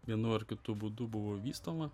vienu ar kitu būdu buvo vystoma